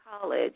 college